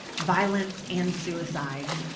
violence and suicide.